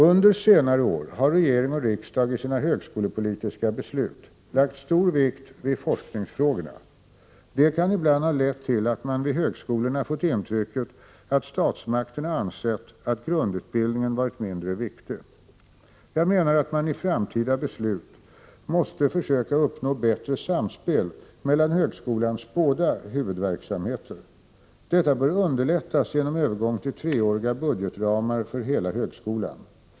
Under senare år har regering och riksdag i sina högskolepolitiska beslut lagt stor vikt vid forskningsfrågorna. Detta kan ibland ha lett till att man vid högskolorna fått intrycket att statsmakterna ansett att grundutbildningen varit mindre viktig. Jag menar att man i framtida beslut måste försöka uppnå bättre samspel mellan högskolans båda huvudverksamheter. Detta bör underlättas genom övergång till treåriga budgetramar för hela högskolan.